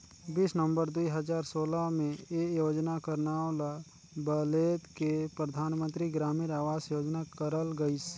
बीस नवंबर दुई हजार सोला में ए योजना कर नांव ल बलेद के परधानमंतरी ग्रामीण अवास योजना करल गइस